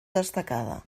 destacada